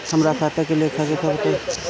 हमरा खाता के लेखा जोखा बताई?